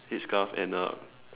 head scarf and a